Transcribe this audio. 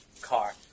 car